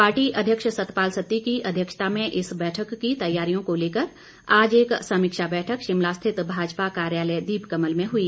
party अध्यक्ष सतपाल सत्ती की अध्यक्षता में इस बैठक की तैयारियों को लेकर आज एक समीक्षा बैठक शिमला स्थित भाजपा कार्यालय दीपकमल में हुई